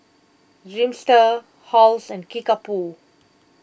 Dreamster Halls and Kickapoo